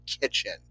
kitchen